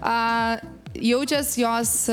a jaučias jos